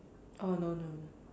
oh no no no